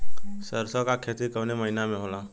सरसों का खेती कवने महीना में होला?